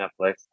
Netflix